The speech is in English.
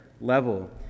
level